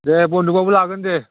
दे बन्द'खआवबो लागोन दे